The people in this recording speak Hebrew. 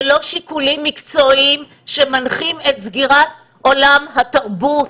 זה לא שיקולים מקצועיים שמנחים את סגירת עולם התרבות,